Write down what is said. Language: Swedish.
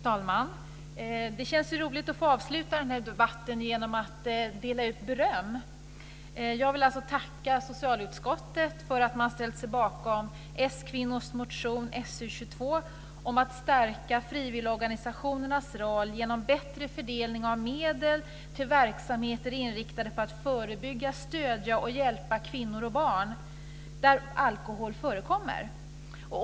Fru talman! Det känns roligt att få avsluta den här debatten genom att dela ut beröm. Jag vill tacka socialutskottet för att det ställt sig bakom s-kvinnornas motion So22 om att stärka frivilligorganisationernas roll genom bättre fördelning av medel till verksamheter inriktade på att förebygga, stödja och hjälpa kvinnor och barn där alkohol förekommer.